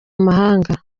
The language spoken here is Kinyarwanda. mahanga